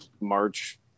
march